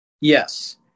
Yes